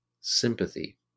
sympathy